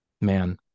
Man